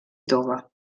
tova